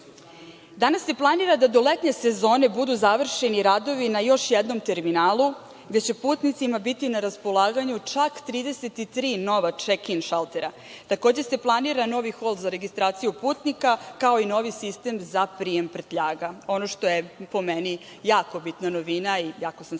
Danas se planira da do letnje sezone budu završeni radovi na još jednom terminalu, gde će putnicima biti na raspolaganju čak 33 nova čekin šaltera. Takođe se planira novi hol za registraciju putnika, kao i novi sistem za prijem prtljaga. Ono što je po meni jako bitna novina i jako sam srećna